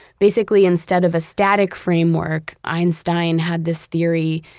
basically instead of a static framework, einstein had this theory,